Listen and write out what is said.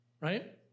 right